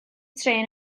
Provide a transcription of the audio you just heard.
trên